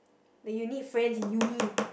like you need friends in Uni